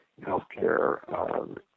healthcare